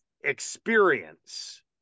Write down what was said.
experience